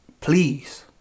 Please